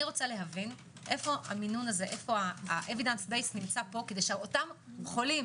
אני רוצה להבין איפה ה- evidence based נמצא פה כדי שאותם חולים